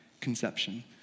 conception